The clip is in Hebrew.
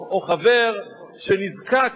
שרים וחברי כנסת,